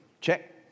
Check